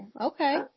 okay